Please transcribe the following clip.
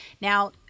Now